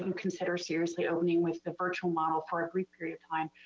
um consider seriously opening with the virtual model for a brief period of time.